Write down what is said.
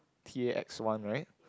T X one right